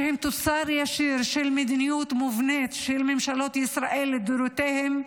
שהם תוצר ישיר של מדיניות מובנית של ממשלות ישראל לדורותיהן,